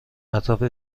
اطراف